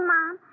Mom